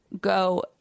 go